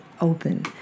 open